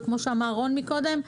או כמו שאמר רון כץ קודם,